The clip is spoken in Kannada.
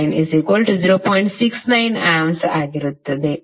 69A ಆಗಿರುತ್ತದೆ